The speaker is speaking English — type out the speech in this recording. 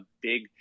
big